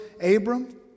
Abram